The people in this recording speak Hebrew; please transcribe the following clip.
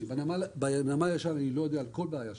בנמל הישן אני לא יודע על כל בעיה שיש.